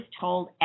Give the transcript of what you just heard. told